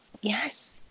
Yes